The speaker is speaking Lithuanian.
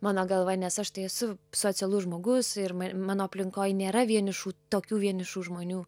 mano galva nes aš tai esu socialus žmogus ir mano aplinkoj nėra vienišų tokių vienišų žmonių